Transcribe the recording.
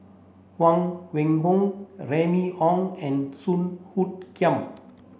Huang Wenhong Remy Ong and Song Hoot Kiam